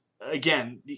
again